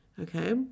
okay